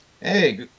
Hey